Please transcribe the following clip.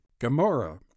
Gamora